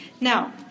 Now